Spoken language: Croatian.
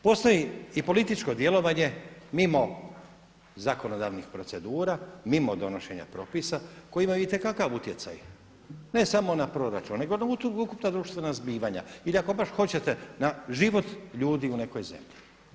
Postoji i političko djelovanje mimo zakonodavnih procedura, mimo donošenja propisa koji imaju itekakav utjecaj, ne samo na proračun, nego na ukupna društvena zbivanja ili ako baš hoćete na život ljudi u nekoj zemlji.